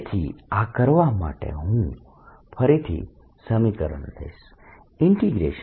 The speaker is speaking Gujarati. તેથી આ કરવા માટે હું ફરીથી સમીકરણ લખીશ